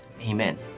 Amen